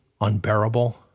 unbearable